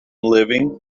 living